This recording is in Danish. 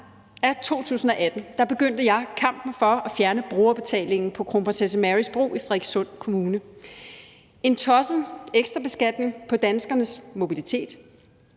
af 2018 begyndte jeg kampen for at fjerne brugerbetalingen på Kronprinsesse Marys Bro i Frederikssund Kommune – en tosset ekstra beskatning på danskernes mobilitet.